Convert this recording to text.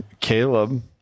Caleb